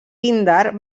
píndar